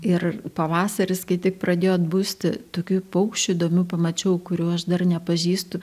ir pavasaris kai tik pradėjo atbusti tokių paukščių įdomių pamačiau kurių aš dar nepažįstu